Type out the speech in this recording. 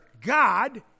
God